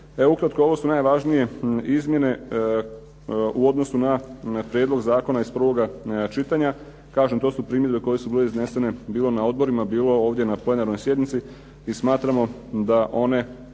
ukratko, ovo su najvažnije izmjene u odnosu na prijedlog zakona iz prvoga čitanja. Kažem, to su primjedbe koje su bile iznesene bilo na odborima, bilo ovdje na plenarnoj sjednici i smatramo da one